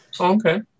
Okay